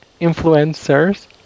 influencers